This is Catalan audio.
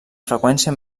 freqüència